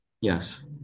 Yes